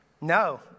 No